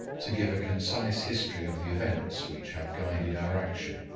to give a concise history of the events which have guided our action,